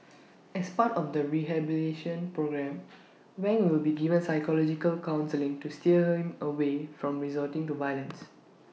as part of the rehabilitation programme Wang will be given psychological counselling to steer him away from resorting to violence